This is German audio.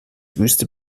wüste